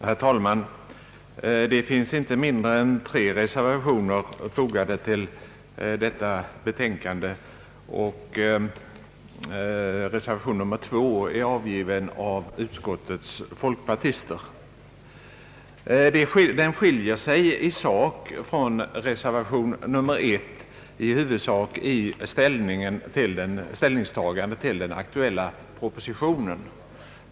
Herr talman! Till detta betänkande är fogade inte mindre än tre reservationer, varav reservation nr 2 är avgiven av utskottets folkpartister. Den skiljer sig från reservation nr 1 i huvudsak vad gäller ställningstagandet till den aktuella propositionen.